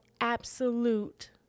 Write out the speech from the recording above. absolute